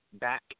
back